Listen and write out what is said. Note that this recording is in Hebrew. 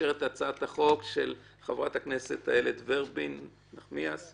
הצעת החוק של חברת הכנסת איילת נחמיאס ורבין,